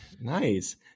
Nice